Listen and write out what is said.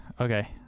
okay